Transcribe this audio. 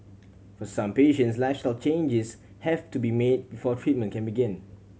for some patients lifestyle changes have to be made before treatment can begin